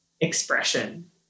expression